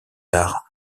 arts